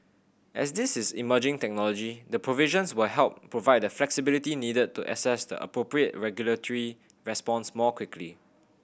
as this is emerging technology the provisions will help provide the flexibility needed to assess the appropriate regulatory response more quickly